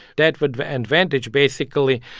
that would advantage, basically,